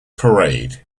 parade